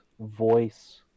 voice